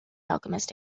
alchemist